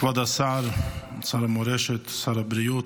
כבוד שר המורשת, שר הבריאות,